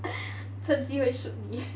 趁机会 shoot 你